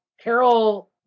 Carol